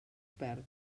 perd